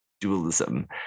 dualism